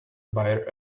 buyer